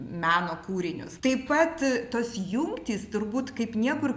meno kūrinius taip pat tos jungtys turbūt kaip niekur